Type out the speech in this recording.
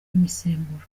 imisemburo